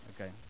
okay